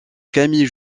camille